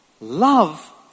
Love